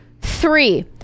three